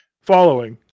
following